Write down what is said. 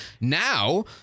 now